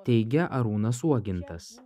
teigia arūnas uogintas